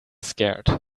scared